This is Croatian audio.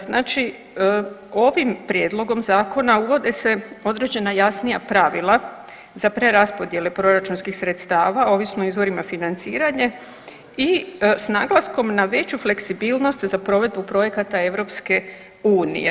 Znači, ovim prijedlog zakona uvode se određena jasnija pravila za preraspodjele proračunskih sredstava ovisno o izvorima financiranje i s naglasnom na veću fleksibilnost za provedbu projekata EU.